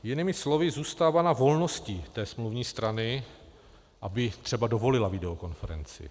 Jinými slovy zůstává na volnosti smluvní strany, aby třeba dovolila videokonferenci.